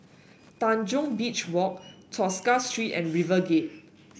Tanjong Beach Walk Tosca Street and RiverGate